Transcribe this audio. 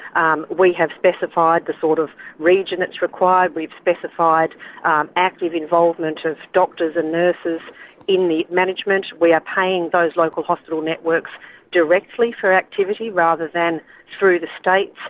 um we have specified the sort of region that's required, we've specified active involvement of doctors and nurses in the management, we are paying those local hospital networks directly for activity rather than through the states.